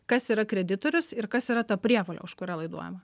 kas yra kreditorius ir kas yra ta prievolė už kurią laiduojama